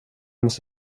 måste